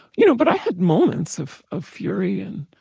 you know but i had moments of of fury. and